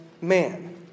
man